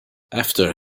after